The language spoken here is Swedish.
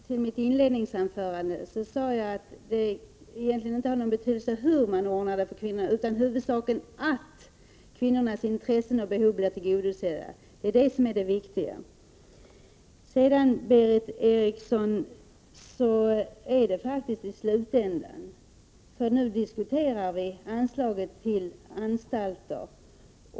Herr talman! Om Ingbritt Irhammar hade lyssnat till mitt inledningsanförande, hade hon hört att jag sade att det egentligen inte har någon betydelse hur man ordnade det för kvinnorna, utan huvudsaken är att kvinnornas intressen och behov blir tillgodosedda. Berith Eriksson, det är faktiskt slutändan vi diskuterar nu — det gäller ju anslagen till anstalter.